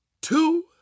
two